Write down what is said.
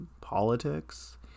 politics